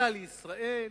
עלה לישראל,